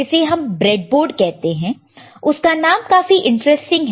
इसे हम ब्रेडबोर्ड कहते हैं उसका नाम काफी इंटरेस्टिंग है